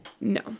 No